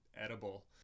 edible